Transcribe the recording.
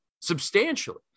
substantially